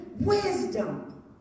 wisdom